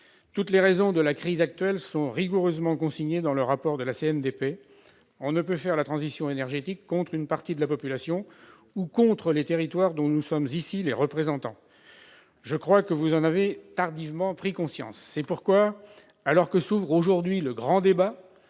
Toutes les raisons de la crise actuelle sont rigoureusement consignées dans le rapport de la CNDP : on ne peut faire la transition énergétique contre une partie de la population, ou contre les territoires dont nous sommes ici les représentants. Je crois que vous en avez tardivement pris conscience. C'est pourquoi, alors que s'ouvre aujourd'hui le grand débat,